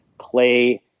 play –